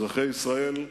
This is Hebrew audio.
אזרחי ישראל,